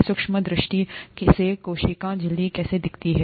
सूक्ष्म दष्टि से कोशिका झिल्ली कैसी दिखती है